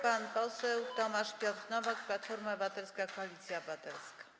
Pan poseł Tomasz Piotr Nowak, Platforma Obywatelska - Koalicja Obywatelska.